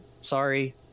sorry